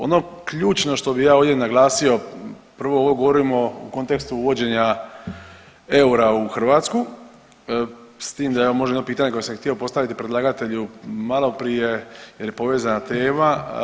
Ono ključno što bi ja ovdje naglasio, prvo ovo govorimo u kontekstu uvođenja eura u Hrvatsku s tima evo može jedno pitanje koje sam htio postaviti predlagatelju maloprije jer je povezna tema.